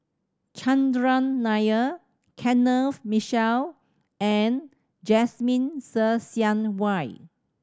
Chandran Nair Kenneth Mitchell and Jasmine Ser Xiang Wei